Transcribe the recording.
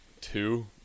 two